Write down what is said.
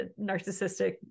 narcissistic